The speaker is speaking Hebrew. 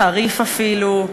חריף אפילו,